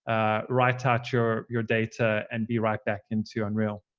write out your your data, and be right back into unreal.